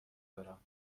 دارم